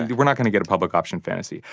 and we're not going to get a public option fantasy.